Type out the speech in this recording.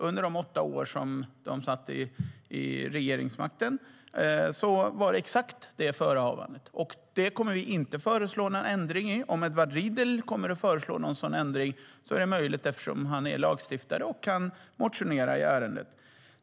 Under de åtta år som man satt vid regeringsmakten var det exakt på det sättet. Vi kommer inte att föreslå någon ändring i det. Om Edward Riedl vill föreslå någon sådan ändring är det möjligt eftersom han är lagstiftare och kan motionera i ärendet.